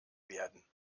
werden